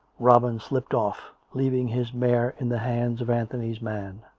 robin slipped off, leaving his mare in the hands of anthony's man,